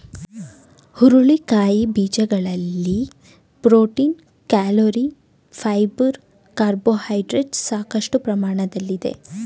ಹುರುಳಿಕಾಯಿ ಬೀಜಗಳಲ್ಲಿ protein, calorie, fibre carbohydrates ಸಾಕಷ್ಟು ಪ್ರಮಾಣದಲ್ಲಿದೆ